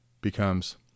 becomes